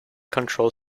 control